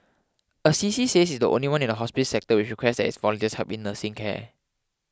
Assisi says it is the only one in the hospice sector which requests its volunteers help in nursing care